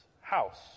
house